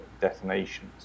detonations